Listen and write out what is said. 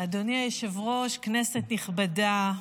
אדוני היושב-ראש, כנסת נכבדה,